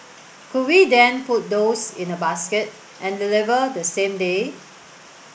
could we then put those in a basket and deliver the same day